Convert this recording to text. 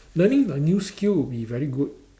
learning a new skill will be very good